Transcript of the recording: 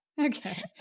Okay